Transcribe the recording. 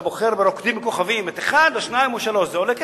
אתה בוחר ב"רוקדים עם כוכבים" את 1 או 2 או 3. זה עולה כסף,